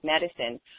medicine